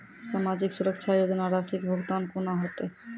समाजिक सुरक्षा योजना राशिक भुगतान कूना हेतै?